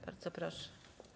Bardzo proszę.